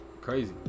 Crazy